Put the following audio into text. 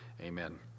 amen